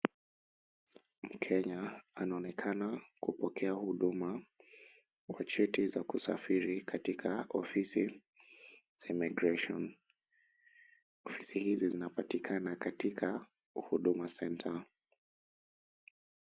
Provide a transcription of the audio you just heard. Mkenya anaonekana kupokea huduma kwa cheti za kusafiri katika ofisi za immigration . Ofisi hizi zinapatikana katika Huduma centre.